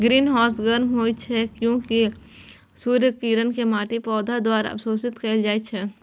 greenhouse गर्म होइ छै, कियैकि सूर्यक किरण कें माटि, पौधा द्वारा अवशोषित कैल जाइ छै